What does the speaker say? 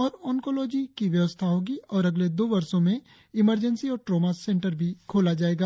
और ओन्कोलोजी की व्यवस्था होगी और अगले दो वर्षों में इमरजेंसी और ट्रोमा सेंटर भी खोला जाएगा